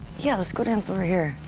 yeah, let's go dance over here.